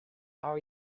our